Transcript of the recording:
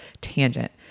Tangent